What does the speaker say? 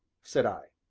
said i.